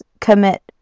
commit